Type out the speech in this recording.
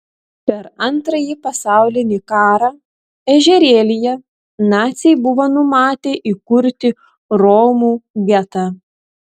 per antrąjį pasaulinį karą ežerėlyje naciai buvo numatę įkurti romų getą